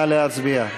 נא להצביע.